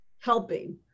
helping